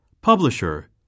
Publisher